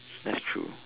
that's true